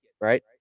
right